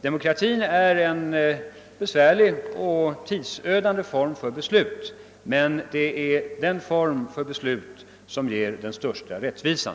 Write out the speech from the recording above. Demokratin är en besvärlig och tidsödande form för beslut, men det är den form som ger den största rättvisan.